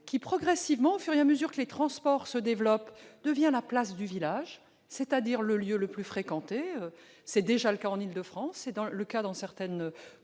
progressivement, au fur et à mesure que les transports se développent, devient la place du village, c'est-à-dire le lieu le plus fréquenté. C'est déjà le cas en Île-de-France ; c'est le cas aussi dans certaines